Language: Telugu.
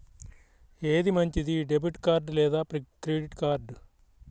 ఏది మంచిది, డెబిట్ కార్డ్ లేదా క్రెడిట్ కార్డ్?